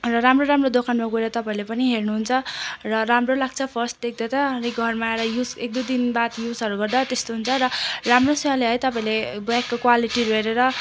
र राम्रो राम्रो दोकानमा गएर तपाईँहरूले पनि हेर्नुहुन्छ राम्रो लाग्छ फर्स्ट देख्दा त अनि घरमा आएर युजहरू गर्दा एक दुई दिन बाद युजहरू गर्दा त्यस्तो हुन्छ र राम्रोसँगले है तपाईँले ब्यागको क्वालिटी हेरेर